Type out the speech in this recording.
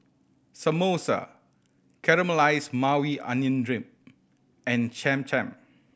Samosa Caramelized Maui Onion Dip and Cham Cham